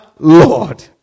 Lord